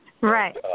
Right